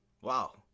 wow